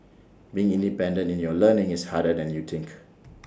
being independent in your learning is harder than you think